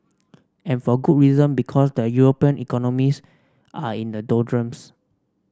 and for good reason because the European economies are in the doldrums